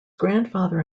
grandfather